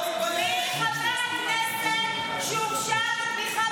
מי חבר כנסת שהורשע בתמיכה בטרור?